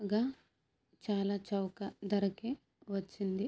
గా చాలా చౌక ధరకే వచ్చింది